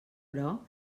però